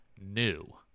new